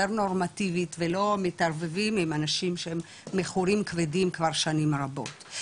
נורמטיבית ולא מתערבבים עם אנשים שהם מכורים כבדים כבר שנים רבות.